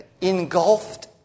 Engulfed